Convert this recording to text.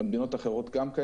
ובמדינות אחרות גם.